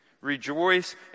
Rejoice